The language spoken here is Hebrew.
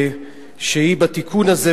שהיא בתיקון הזה,